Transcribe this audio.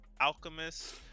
Alchemist